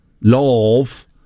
Love